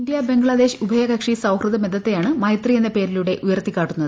India Bangladesh ഉഭയകക്ഷി സൌഹൃദ്യ ബ്ദ്ധത്തെയാണ് മൈത്രി എന്ന പേരിലൂടെ ഉയർത്തിക്കിട്ടുന്നത്